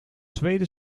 tweede